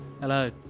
Hello